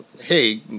hey